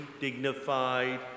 dignified